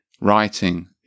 writing